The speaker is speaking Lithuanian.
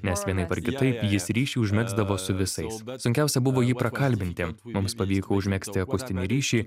nes vienaip ar kitaip jis ryšį užmegzdavo su visais sunkiausia buvo jį prakalbinti mums pavyko užmegzti akustinį ryšį